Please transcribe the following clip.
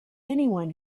anyone